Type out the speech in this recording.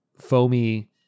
foamy